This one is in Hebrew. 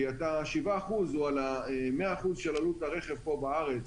כי 7% הוא על ה-100% של עלות הרכב פה בארץ,